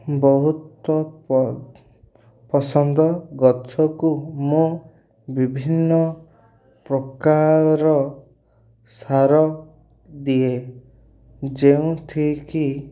ବହୁତ ପସନ୍ଦ ଗଛକୁ ମୁଁ ବିଭିନ୍ନ ପ୍ରକାର ସାର ଦିଏ ଯେଉଁଥିକି